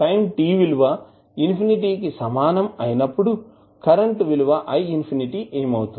time t విలువ infinity కి సమానం అయినప్పుడు కరెంట్ విలువ ఏమి అవుతుంది